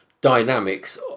dynamics